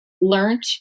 learned